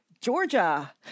Georgia